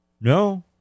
No